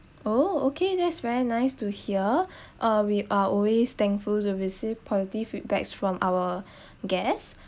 oh okay that's very nice to hear uh we are always thankful to receive positive feedbacks from our guest